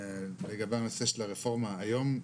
לגבי הנושא של הרפורמה: היום,